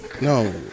no